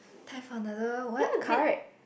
type for another what card